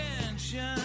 attention